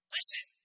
Listen